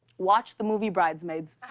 watch the movie bridesmaids.